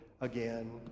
again